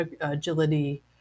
agility